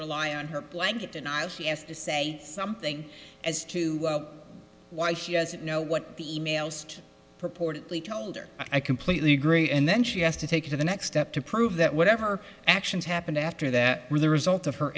rely on her blanket denials yes to say something as to why she doesn't know what the e mails purportedly told her i completely agree and then she has to take the next step to prove that whatever actions happened after that were the result of her